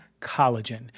collagen